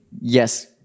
yes